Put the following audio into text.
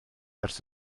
ers